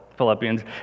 Philippians